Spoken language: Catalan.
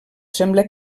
sembla